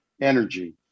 energy